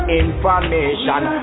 information